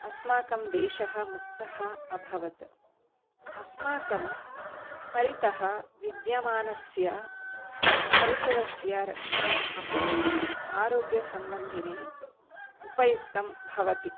अस्माकं देशः मुक्तः अभवत् अस्माकं परितः विद्यमानस्य परिसरस्य रक्षणम् अपि आरोग्यसम्बन्धिने उपयुक्तं भवति